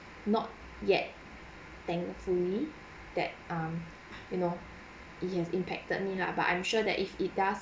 not yet thankfully that um you know it has impacted me lah but I'm sure that if it does